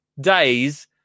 days